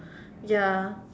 ya